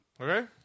Okay